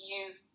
use